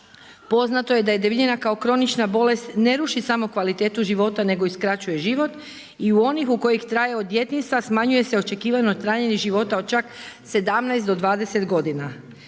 Poznato je da debljina kao kronična bolest ne ruši samo kvalitetu života nego i skraćuje život. I u onih u kojih traje od djetinjstva smanjuje se očekivano trajanje života od čak 17 do 20 godina.